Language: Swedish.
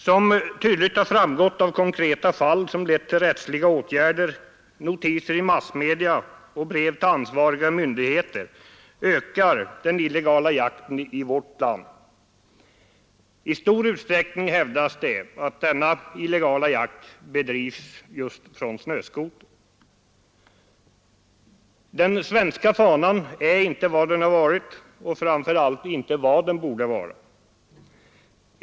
Som tydligt har framgått av konkreta fall, som lett till rättsliga åtgärder, notiser i massmedia och brev till ansvariga myndigheter, ökar den illegala jakten i vårt land. I stor utsträckning hävdas det att denna illegala jakt bedrivs just från snöskoter. Den svenska faunan är inte vad den har varit och framför allt inte vad den borde vara.